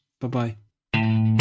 Bye-bye